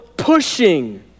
Pushing